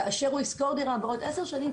כאשר הוא ישכור דירה בעוד עשר שנים,